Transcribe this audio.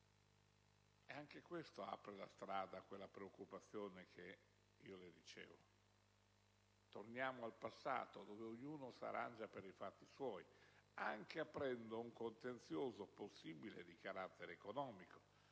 e anche questo apre la strada a quella preoccupazione che le dicevo: torniamo al passato, dove ognuno si arrangia per i fatti suoi, anche aprendo un possibile contenzioso di carattere economico,